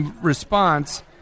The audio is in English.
response